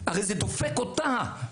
הרי זה דופק אותה.